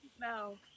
No